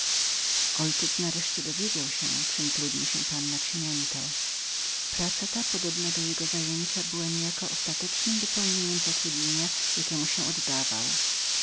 ojciec nareszcie dowiedział się czem trudniła się panna cimiento praca ta podobna do jego była niejako ostatecznem dopełnieniem zatrudnienia jakiemu się oddawał